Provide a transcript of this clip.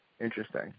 interesting